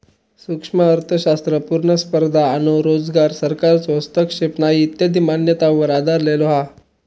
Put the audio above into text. सूक्ष्म अर्थशास्त्र पुर्ण स्पर्धा आणो रोजगार, सरकारचो हस्तक्षेप नाही इत्यादी मान्यतांवर आधरलेलो हा